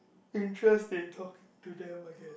interest in talk to them I guess